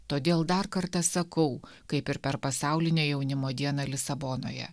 todėl dar kartą sakau kaip ir per pasaulinę jaunimo dieną lisabonoje